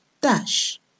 dash